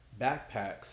backpacks